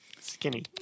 Skinny